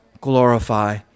glorify